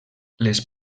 les